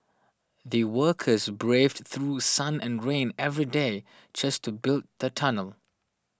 the workers braved through sun and rain every day just to build the tunnel